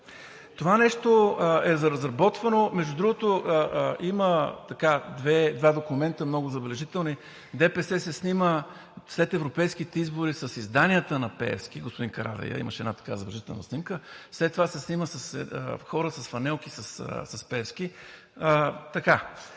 Това нещо е разработвано, между другото, има два документа, много забележителни – ДПС се снима след европейските избори с изданията на Пеевски – господин Карадайъ имаше една такава забележителна снимка, след това се снима с хора с фланелки с